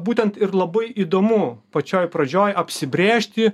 būtent ir labai įdomu pačioj pradžioj apsibrėžti